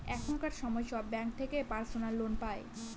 এখনকার সময় সব ব্যাঙ্ক থেকে পার্সোনাল লোন পাই